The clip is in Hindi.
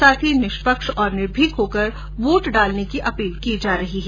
साथ ही निष्पक्ष और निर्भिक होकर वोट डालने की अपील की जा रही है